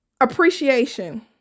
Appreciation